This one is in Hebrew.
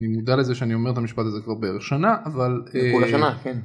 אני מודע לזה שאני אומר את המשפט הזה כבר בערך שנה, אבל -כל השנה, כן.